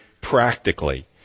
practically